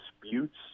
disputes